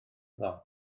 ddoe